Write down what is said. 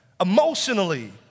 emotionally